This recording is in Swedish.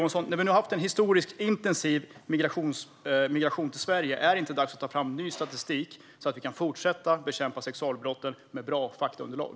När vi nu har haft en sådan historiskt intensiv migration till Sverige, Ylva Johansson, är det då inte dags att ta fram ny statistik så att vi kan fortsätta bekämpa sexualbrotten med bra faktaunderlag?